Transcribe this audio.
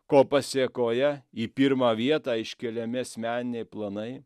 ko pasėkoje į pirmą vietą iškeliami asmeniniai planai